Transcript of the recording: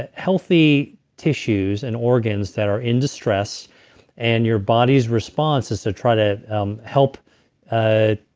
ah healthy tissues and organs that are in distress and your body's response is to try to um help ah